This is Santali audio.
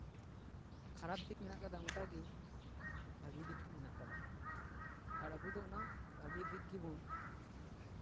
ᱠᱷᱟᱨᱟᱯ ᱫᱤᱠ ᱢᱮᱱᱟᱜ ᱠᱟᱫᱟ ᱚᱱᱠᱟᱜᱮ ᱵᱷᱟᱹᱜᱤ ᱫᱤᱠ ᱦᱚᱸ ᱢᱮᱱᱟᱜ ᱠᱟᱫᱟ ᱟᱨ ᱟᱵᱚ ᱫᱚ ᱚᱱᱟ ᱵᱷᱟᱹᱜᱤ ᱫᱤᱠ ᱜᱮᱵᱚᱱ